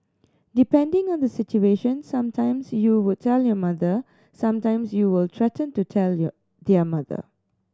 depending on the situation some times you would tell your mother some times you will threaten to tell your their mother